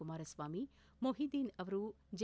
ಕುಮಾರಸ್ವಾಮಿ ಮೊಹಿದೀನ್ ಅವರು ಜಿ